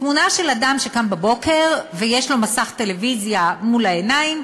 תמונה של אדם שקם בבוקר ויש לו מסך טלוויזיה מול העיניים.